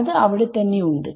അത് അവിടെ തന്നെ ഉണ്ട്